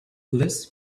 liz